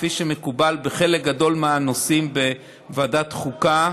כפי שמקובל בחלק גדול מהנושאים בוועדת החוקה,